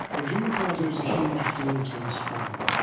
well, jimmy carter was a huge dylan thomas fan.